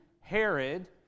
herod